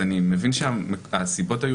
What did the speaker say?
אני מבין שהסיבות היו